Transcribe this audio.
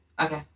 okay